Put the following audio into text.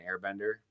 airbender